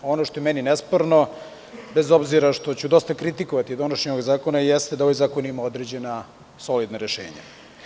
Ono što je meni nesporno, bez obzira što ću dosta kritikovati donošenje ovog zakona, jeste da ovaj zakon ima određena solidna rešenja.